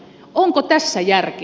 onko tässä järkeä